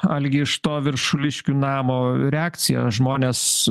algi iš to viršuliškių namo reakcijos žmonės